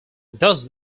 thus